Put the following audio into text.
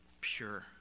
pure